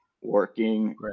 working